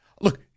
Look